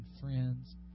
friends